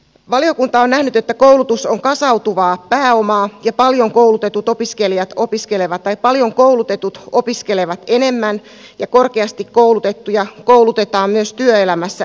valiokunta on nähnyt että koulutus on kasautuvaa pääomaa ja paljon koulutetut opiskelijat opiskelevat tai paljon koulutetut opiskelevat enemmän ja korkeasti koulutettuja koulutetaan myös työelämässä enemmän